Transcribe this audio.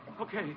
Okay